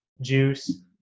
Juice